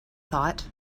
thought